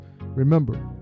remember